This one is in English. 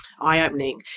eye-opening